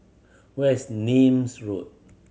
where is Nim's Road